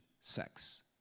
sex